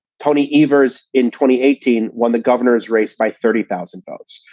tony iver's in twenty eighteen won the governor's race by thirty thousand votes.